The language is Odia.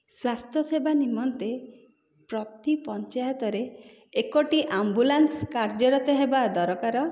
ସ୍ୱାସ୍ଥ୍ୟ ସେବା ନିମନ୍ତେ ପ୍ରତି ପଞ୍ଚାୟତରେ ଏକଟି ଆମ୍ବୁଲାନ୍ସ କାର୍ଯ୍ୟରତ ହେବା ଦରକାର